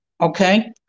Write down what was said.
Okay